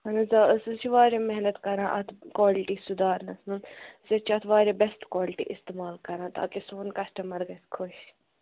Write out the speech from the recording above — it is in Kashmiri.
اَہَن حظ آ أسۍ حظ چھِ واریاہ محنت کَران اَتھ کالٹی سُدھارنَس منٛز أسۍ حظ چھِ اَتھ واریاہ بیٚسٹہٕ کالٹی اِستعمال کَران تاکہِ سون کَسٹٕمَر گژھِ خۄش